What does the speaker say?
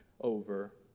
over